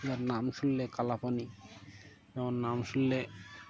যার নাম শুনলে কালাপানি যেমন নাম শুনলে